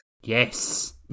Yes